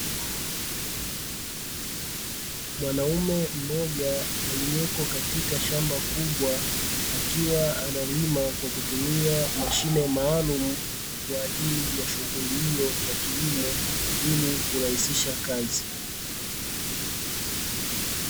Mwanaume mmoja aliyeko katika shamba kubwa, akiwa analima kwa kutumia mashine maalumu kwa ajili ya shughuli hiyo ya kilimo ili kurahisisha kazi.